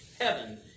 heaven